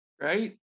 right